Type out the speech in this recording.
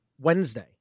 Wednesday